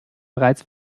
bereits